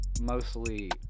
Mostly